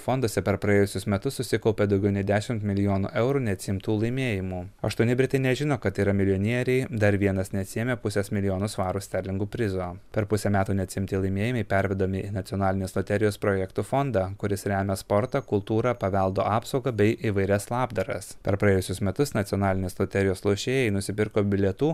fonduose per praėjusius metus susikaupė daugiau nei dešimt milijonų eurų neatsiimtų laimėjimų aštuoni britai nežino kad yra milijonieriai dar vienas neatsiėmė pusės milijono svarų sterlingų prizo per pusę metų neatsiimti laimėjimai pervedami į nacionalinės loterijos projektų fondą kuris remia sportą kultūrą paveldo apsaugą bei įvairias labdaras per praėjusius metus nacionalinės loterijos lošėjai nusipirko bilietų